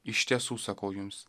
iš tiesų sakau jums